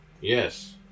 Yes